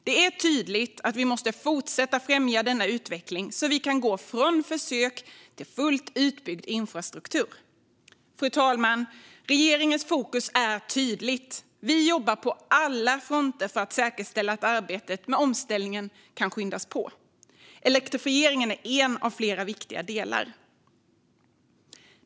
Det är tydligt att vi måste fortsätta att främja denna utveckling så att vi kan gå från försök till fullt utbyggd infrastruktur. Fru talman! Regeringens fokus är tydligt. Vi jobbar på alla fronter för att säkerställa att arbetet med omställningen kan skyndas på. Elektrifieringen är en av flera viktiga delar.